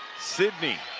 sidney